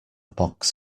box